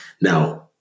Now